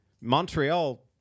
Montreal